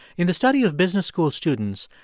in the study of business school students,